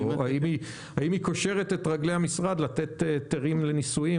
או האם היא קושרת את רגלי המשרד לתת היתרים לניסויים?